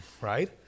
Right